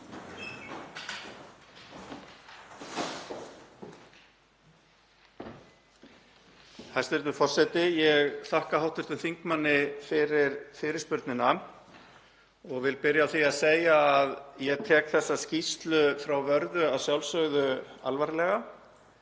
Hæstv. forseti. Ég þakka hv. þingmanni fyrir fyrirspurnina. Ég vil byrja á því að segja að ég tek þessa skýrslu frá Vörðu að sjálfsögðu alvarlega.